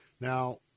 Now